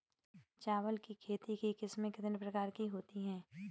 चावल की खेती की किस्में कितने प्रकार की होती हैं?